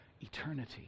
eternity